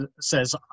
says